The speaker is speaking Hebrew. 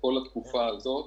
בכל התקופה הזו,